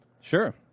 Sure